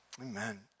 Amen